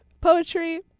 poetry